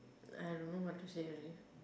I don't know what to say already